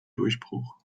durchbruch